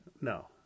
No